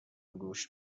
گوش